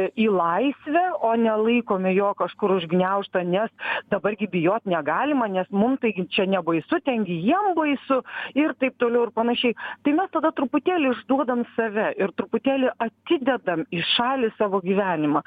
į laisvę o ne laikome jo kažkur užgniaužtą nes dabar gi bijot negalima nes mum taigi čia nebaisu ten gi jiem baisu ir taip toliau ir panašiai tai mes tada truputėlį išduodam save ir truputėlį atidedam į šalį savo gyvenimą